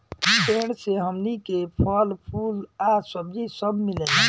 पेड़ से हमनी के फल, फूल आ सब्जी सब मिलेला